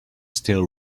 still